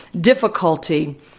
difficulty